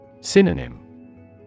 Synonym